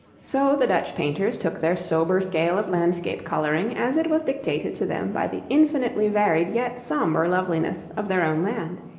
so the dutch painters took their sober scale of landscape colouring as it was dictated to them by the infinitely varied yet sombre loveliness of their own land.